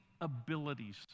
abilities